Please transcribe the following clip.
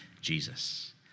Jesus